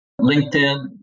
LinkedIn